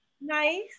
nice